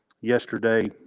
yesterday